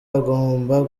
agomba